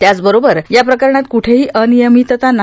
त्याच बरोबर या प्रकरणात क्ठेही अनियमितता झाली नाही